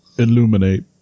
illuminate